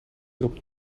erop